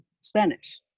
Spanish